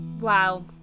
Wow